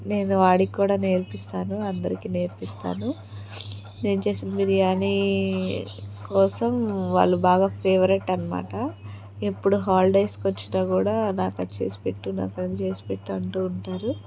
నేను వాడికి కూడా నేర్పిస్తాను అందరికి నేర్పిస్తాను నేన్ చేసిన బిర్యానీ కోసం వాళ్ళు బాగా ఫేవరెట్ అనమాట ఎప్పుడు హాలిడేస్ కొచ్చినా కూడా నాకది చేసిపెట్టు నాకది చేసిపెట్టు అంటూ ఉంటారు